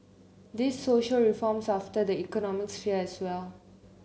these social reforms affect the economic sphere as well